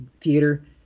theater